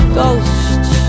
ghosts